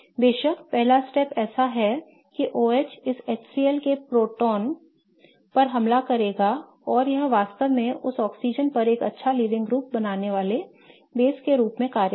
बेशक पहला कदम ऐसा है कि OH इस HCl के प्रोटॉन पर हमला करेगा और यह वास्तव में उस ऑक्सीजन पर एक अच्छा लीविंग ग्रुप बनाने वाले आधार के रूप में कार्य करेगा